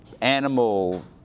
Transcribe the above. animal